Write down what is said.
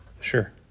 Sure